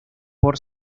por